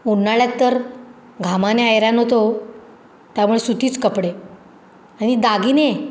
उन्हाळ्यात तर घामाने हैराण होतो त्यामुळे सुतीच कपडे आणि दागिने